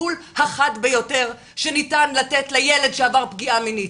הטיפול החד ביותר שניתן לתת לילד שעבר פגיעה מינית,